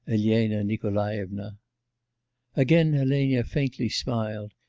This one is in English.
elena nikolaevna again elena faintly smiled,